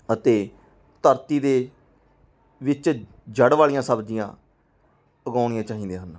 ਅਤੇ ਧਰਤੀ ਦੇ ਵਿੱਚ ਜੜ੍ਹ ਵਾਲੀਆਂ ਸਬਜ਼ੀਆਂ ਉਗਾਉਣੀਆਂ ਚਾਹੀਦੀਆਂ ਹਨ